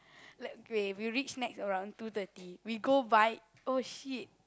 like k we reach Nex around two thirty we go buy oh shit